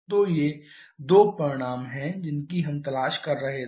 तो ये दो परिणाम हैं जिनकी हम तलाश कर रहे थे